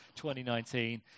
2019